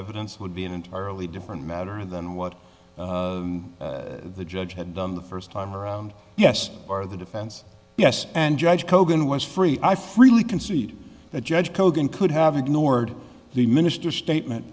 evidence would be an entirely different matter than what the judge had done the first time around yes bar the defense yes and judge kogan was free i freely concede that judge kogan could have ignored the minister's statement